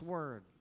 Word